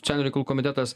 socialinių reikalų komitetas